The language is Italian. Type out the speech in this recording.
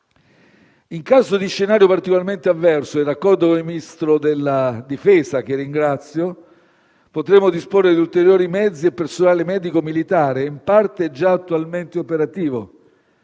In caso di scenario particolarmente avverso, in raccordo con il Ministro della difesa - che ringrazio - potremo disporre di mezzi e di personale medico militare in parte già attualmente operativo.